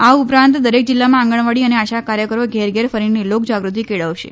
આ ઉપરાંત દરેક જિલ્લામાં આંગણવાડી અને આશા કાર્યકરો ઘેર ઘેર ફરીને લોક જાગૃતિ કેળવશે